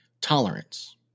Tolerance